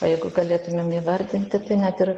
o jeigu galėtumėm įvardinti net ir